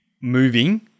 moving